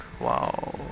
wow